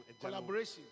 collaboration